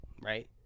right